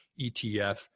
ETF